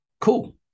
Cool